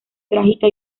trágica